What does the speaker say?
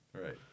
right